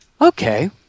Okay